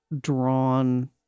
drawn